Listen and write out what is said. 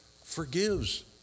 forgives